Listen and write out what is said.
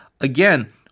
Again